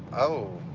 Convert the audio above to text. oh.